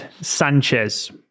Sanchez